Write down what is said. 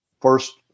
first